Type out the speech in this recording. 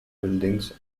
buildings